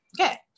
okay